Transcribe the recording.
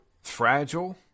Fragile